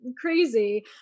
crazy